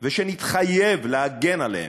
ושנתחייב להגן עליהם.